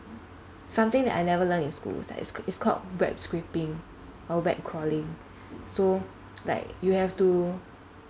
something that I never learn in school it's like it's called web scraping or web crawling so like you have to